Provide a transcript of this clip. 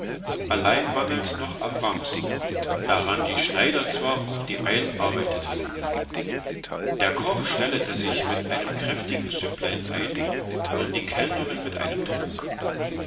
allein manglets noch am wams daran die schneider zwar auf die eil arbeiteten der koch stellete sich mit einem kräftigen süpplein ein und die kellerin mit einem trunk